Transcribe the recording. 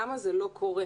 למה זה לא קורה.